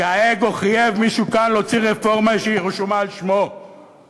כי האגו חייב מישהו כאן להוציא רפורמה שרשומה על שמו,